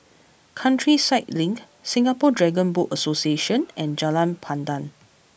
Countryside Link Singapore Dragon Boat Association and Jalan Pandan